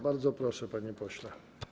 Bardzo proszę, panie pośle.